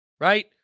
right